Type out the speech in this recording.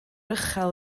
uchel